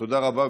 תודה רבה.